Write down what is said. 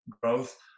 growth